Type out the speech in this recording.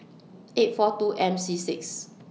eight four two M C six